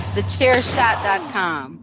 TheChairShot.com